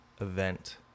event